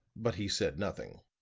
but he said nothing.